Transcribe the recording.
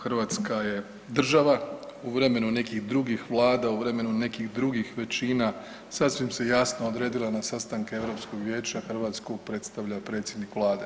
Hrvatska je država u vremenu nekih drugih Vlada, u vremenu nekih drugih većina sasvim se jasno odredila na sastanke Europskog vijeća, Hrvatsku predstavlja predsjednik Vlade.